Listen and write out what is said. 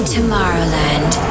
Tomorrowland